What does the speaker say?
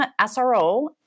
SRO